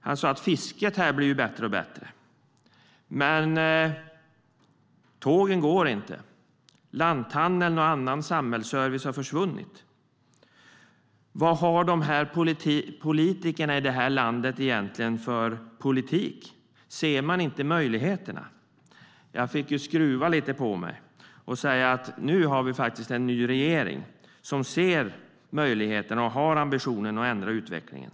Han sa att fisket blir bättre och bättre, men tågen går inte och lanthandeln och annan samhällsservice har försvunnit. Han undrade vad politikerna i det här landet egentligen har för politik, om de inte ser möjligheterna. Jag skruvade lite på mig och sa att nu har vi en ny regering som ser möjligheterna och har ambitionen att vända utvecklingen.